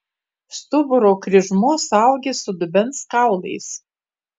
stuburo kryžmuo suaugęs su dubens kaulais